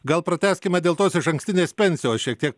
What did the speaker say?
gal pratęskime dėl tos išankstinės pensijos šiek tiek